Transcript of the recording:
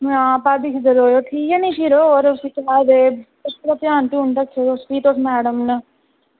आं होर ठीक ऐ ना फिर ते बच्चें दा पूरा ध्यान रक्खेओ भी तुस मैडम न